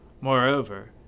Moreover